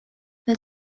that